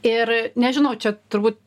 ir nežinau čia turbūt